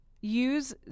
use